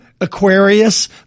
Aquarius